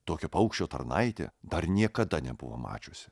tokio paukščio tarnaitė dar niekada nebuvo mačiusi